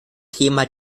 thema